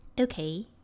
Okay